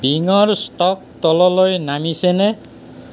বিঙৰ stock তললৈ নামিছেনে